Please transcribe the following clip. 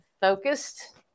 focused